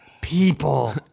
People